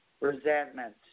Resentment